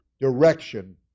direction